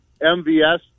MVS